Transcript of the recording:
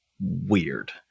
weird